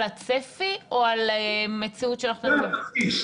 הצפי או על מציאות שאנחנו --- זה התרחיש.